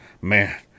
Man